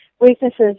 weaknesses